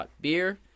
beer